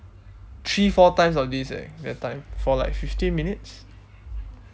three four times of this eh that time for like fifteen minutes